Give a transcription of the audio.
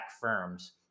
firms